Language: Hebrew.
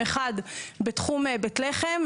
אחד בתחום בית לחם,